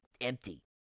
empty